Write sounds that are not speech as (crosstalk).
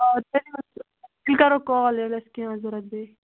آ (unintelligible) تیٚلہِ کَرہو کال ییٚلہِ اَسہِ کیٚنٛہہ ضروٗرت بیٚیہِ